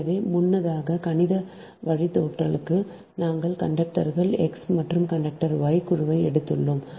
எனவே முன்னதாக கணித வழித்தோன்றல்களுக்கு நாங்கள் கண்டக்டர்கள் x மற்றும் கண்டக்டர் y குழுவை எடுத்துள்ளோம்